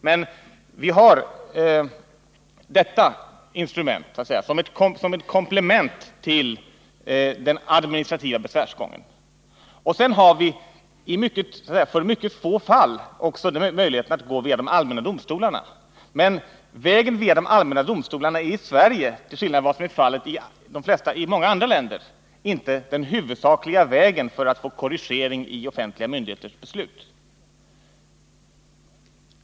Men vi har detta instrument som ett komplement till den administrativa besvärsgången. Slutligen har vi för ett mycket litet antal fall den straffrättsliga proceduren. Men vägen via de allmänna domstolarna är i Sverige, till skillnad från vad som är fallet i många andra länder, inte den huvudsakliga vägen för att få korrigering i offentliga myndigheters beslut.